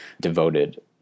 devoted